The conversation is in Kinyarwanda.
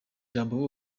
ijambo